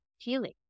Healing